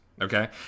Okay